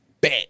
Bet